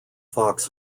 fox